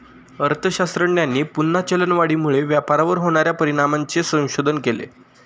अर्थशास्त्रज्ञांनी पुन्हा चलनवाढीमुळे व्यापारावर होणार्या परिणामांचे संशोधन केले